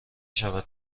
شود